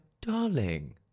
darling